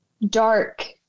Dark